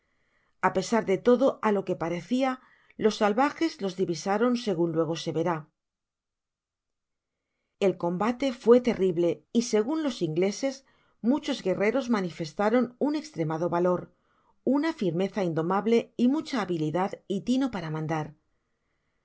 a pesar de todo á lo que parecia los salvajes los divisaron segun luegose verá el combate fué terrihle y segun los ingleses muchos guerreros manifestaron un estremado valor una firmeza indomable y mucha habilidad y tino para mandar